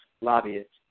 lobbyists